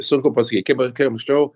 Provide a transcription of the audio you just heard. sunku pasakyt kaip an kaip anksčiau